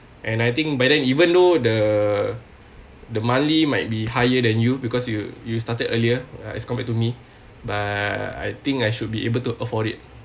and I think but then even though the the monthly might be higher than you because you you you started earlier as compared to me but I think I should be able to afford it